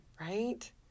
right